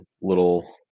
little